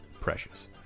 Precious